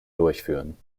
durchführen